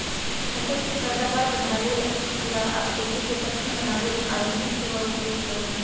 फसल के पैदावार बढ़ाबे लेल आ खेती के सक्षम बनावे लेल आधुनिक सेवा उपयोग करनाइ